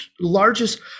largest